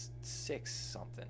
six-something